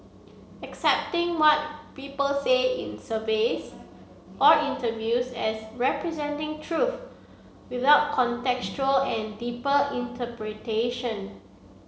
accepting what people say in surveys or interviews as representing truth without contextual and deeper interpretation